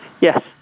yes